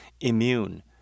immune